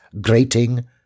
grating